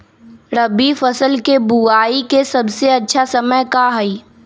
रबी फसल के बुआई के सबसे अच्छा समय का हई?